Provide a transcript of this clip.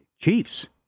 Chiefs